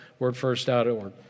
wordfirst.org